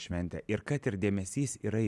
šventė ir kad ir dėmesys yra